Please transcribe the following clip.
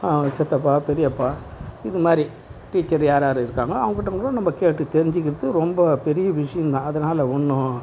சித்தப்பா பெரியப்பா இது மாதிரி டீச்சரு யார் யார் இருக்காங்களோ அவங்க கிட்ட கூட நம்ம கேட்டு தெரிஞ்சிக்கிறது ரொம்ப பெரிய விஷயோந்தான் அதனால் ஒன்றும்